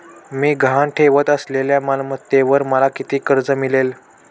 मी गहाण ठेवत असलेल्या मालमत्तेवर मला किती कर्ज मिळेल?